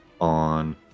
on